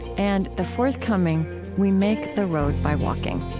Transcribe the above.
and the forthcoming we make the road by walking